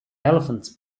elephants